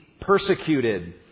persecuted